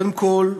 קודם כול,